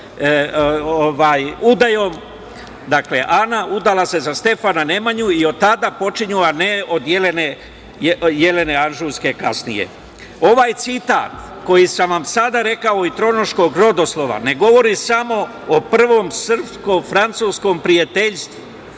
kralja. Dakle, Ana se udala za Stefana Nemanju i od tada počinju, a ne od Jelene Anžujske kasnije. Ovaj citat koji sam vam sada rekao iz „Tronoškog rodoslova“ ne govori samo o prvom srpsko-francuskom prijateljstvu